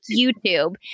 YouTube